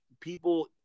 people